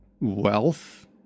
wealth